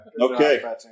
Okay